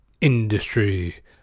Industry